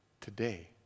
today